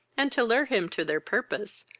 and, to lure him to their purpose,